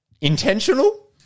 Intentional